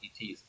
ET's